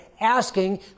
asking